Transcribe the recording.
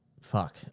fuck